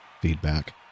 feedback